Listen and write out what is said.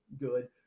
good